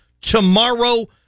tomorrow